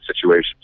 situations